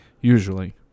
usually